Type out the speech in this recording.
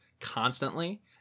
constantly